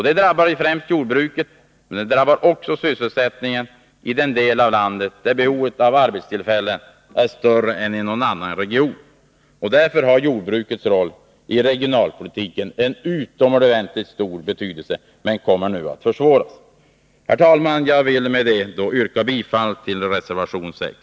Det drabbar främst jordbruket, men det drabbar också sysselsättningen i den del av landet där behovet av arbetstillfällen är större än i någon annan region. Jordbrukets roll i regionalpolitiken är av utomordentligt stor betydelse men kommer nu att försvåras. Herr talman! Jag yrkar bifall till reservation nr 6.